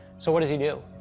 so what does he do?